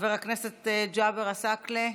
חבר הכנסת ג'אבר עסאקלה,